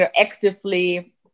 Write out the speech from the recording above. actively